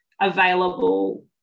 available